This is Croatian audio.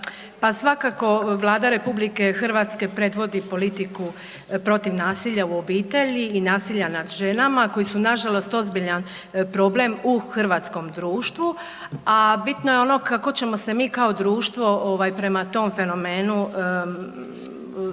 svakako Vlada RH predvodi politiku protiv nasilja u obitelji i nasilja nad ženama koji su nažalost ozbiljan problem u hrvatskom društvu, a bitno je ono kako ćemo se mi kao društvo prema tom fenomenu, kako